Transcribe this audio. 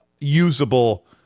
usable